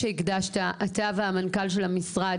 הקדשת זמן רב, אתה ומנכ"ל המשרד,